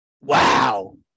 Wow